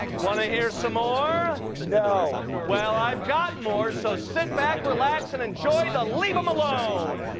want to hear some more? no. well, i've got more. so, sit back, relax, and enjoy the leave him alone!